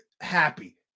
Happy